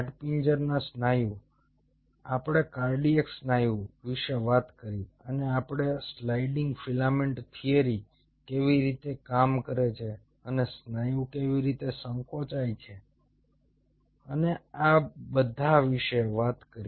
હાડપિંજરના સ્નાયુ આપણે કાર્ડિયાક સ્નાયુ વિશે વાત કરી અને આપણે સ્લાઇડિંગ ફિલામેન્ટ થિયરી કેવી રીતે કામ કરે છે અને સ્નાયુ કેવી રીતે સંકોચાય છે અને બધા વિશે વાત કરી